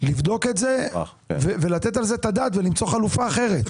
לבדוק את זה ולתת על זה את הדעת ולמצוא חלופה אחרת.